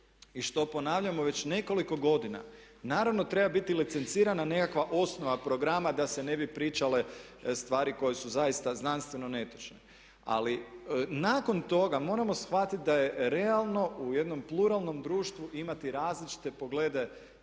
i što ponavljamo već nekoliko godina naravno treba biti licencirana nekakva osnova programa da se ne bi pričale stvari koje su zaista znanstveno netočne. Ali nakon toga moramo shvatiti da je realno u jednom pluralnom društvu imati različite poglede